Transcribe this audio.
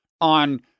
on